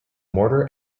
mortar